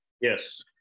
Yes